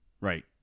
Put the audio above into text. Right